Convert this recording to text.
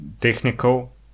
technical